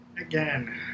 Again